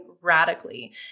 radically